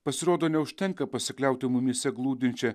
pasirodo neužtenka pasikliauti mumyse glūdinčia